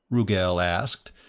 rugel asked,